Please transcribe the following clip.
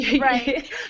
Right